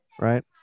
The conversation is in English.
right